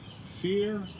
fear